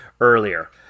earlier